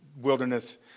wilderness